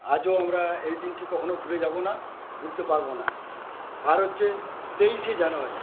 আজও আমরা এই দিনটি কখনো ভুলে যাবো না ভুলতে পারবো না আর হচ্ছে তেইশে জানুয়ারি